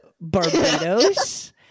Barbados